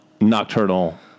nocturnal